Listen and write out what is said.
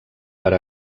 per